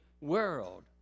world